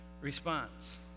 response